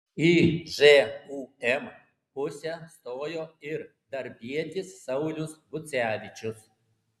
į žūm pusę stojo ir darbietis saulius bucevičius